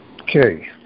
Okay